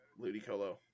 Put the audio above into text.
Ludicolo